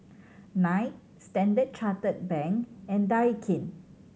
Knight Standard Chartered Bank and Daikin